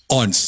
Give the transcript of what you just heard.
on